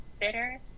bitter